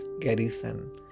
garrison